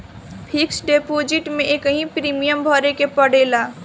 fix deposit में एकही premium भरे के पड़ेला